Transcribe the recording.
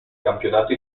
campionato